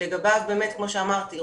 שלגביו באמת כמו שאמרתי,